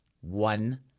one